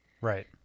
Right